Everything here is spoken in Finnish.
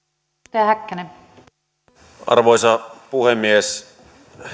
arvoisa puhemies